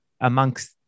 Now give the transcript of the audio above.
amongst